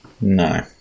No